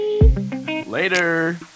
Later